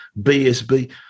BSB